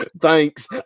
Thanks